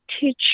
teach